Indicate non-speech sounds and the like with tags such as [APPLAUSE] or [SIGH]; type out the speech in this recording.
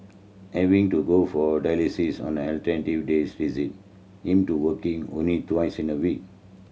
having to go for dialysis on alternate days [UNINTELLIGIBLE] him to working only thrice a week